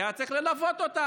כי היה צריך ללוות אותם,